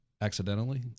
accidentally